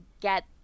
get